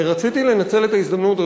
רציתי לנצל את ההזדמנות,